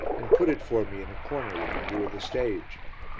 and put it for me in a corner with a view of the stage.